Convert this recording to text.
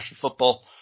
football